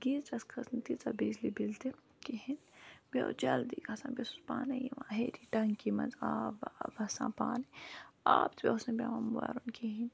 گیٖزرَس کھٔژ نہٕ تیٖژاہ بجلی بِل تہِ کِہیٖنۍ بیٚیہِ اوس گژھان بیٚیہِ اوسُس پانَے ہیٚرِ ٹنٛکی منٛز آب واب وَسان پانَے آب تہِ اوس نہٕ پٮ۪وان بَرُن کِہیٖنۍ